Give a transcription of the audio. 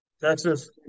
Texas